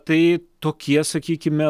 tai tokie sakykime